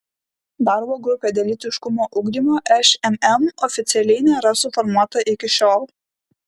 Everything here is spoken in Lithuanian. darbo grupė dėl lytiškumo ugdymo šmm oficialiai nėra suformuota iki šiol